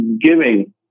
giving